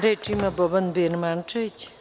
Reč ima Boban Birmančević.